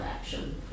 action